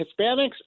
Hispanics